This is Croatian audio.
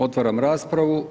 Otvaram raspravu.